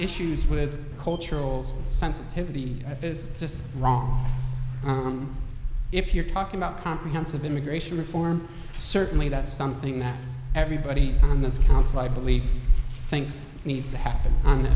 issues with cultural sensitivity is just wrong if you're talking about comprehensive immigration reform certainly that's something that everybody on this council i believe thinks needs to happen on the